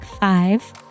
five